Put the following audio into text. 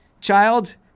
child